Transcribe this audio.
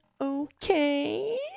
okay